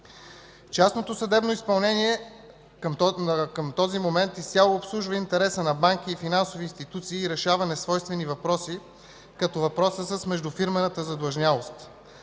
Частното съдебно изпълнение към този момент изцяло обслужва интересите на банки и финансови институции и решава несвойствени въпроси, като въпроса с междуфирмената задлъжнялост.